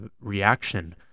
reaction